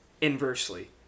inversely